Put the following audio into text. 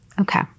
Okay